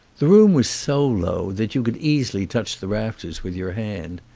the room was so low that you could easily touch the rafters with your hand.